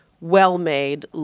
well-made